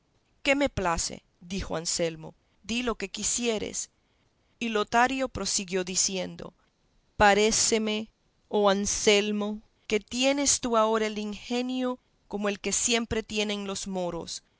que me place dijo anselmo di lo que quisieres y lotario prosiguió diciendo paréceme oh anselmo que tienes tú ahora el ingenio como el que siempre tienen los moros a los